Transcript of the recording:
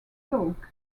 stoke